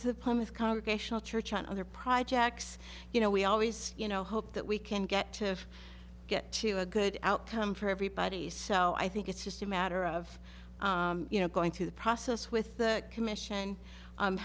pumice congregational church on other projects you know we always you know hope that we can get to get to a good outcome for everybody so i think it's just a matter of you know going through the process with the commission